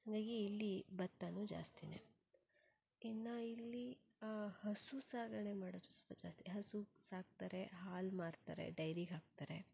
ಹಾಗಾಗಿ ಇಲ್ಲಿ ಭತ್ತನೂ ಜಾಸ್ತಿನೇ ಇನ್ನು ಇಲ್ಲಿ ಹಸು ಸಾಗಣೆ ಮಾಡೋದು ಸ್ವಲ್ಪ ಜಾಸ್ತಿ ಹಸು ಸಾಕ್ತಾರೆ ಹಾಲು ಮಾರುತ್ತಾರೆ ಡೈರಿಗೆ ಹಾಕ್ತಾರೆ